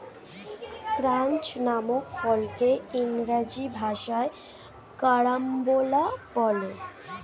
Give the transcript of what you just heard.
ক্রাঞ্চ নামক ফলকে ইংরেজি ভাষায় কারাম্বলা বলে